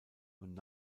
und